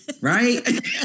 Right